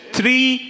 Three